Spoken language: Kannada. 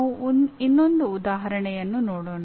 ನಾವು ಇನ್ನೊಂದು ಉದಾಹರಣೆಯನ್ನು ನೋಡೋಣ